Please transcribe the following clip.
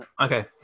Okay